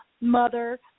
mother